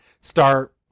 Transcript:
start